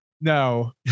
No